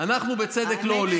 אנחנו בצדק לא עולים,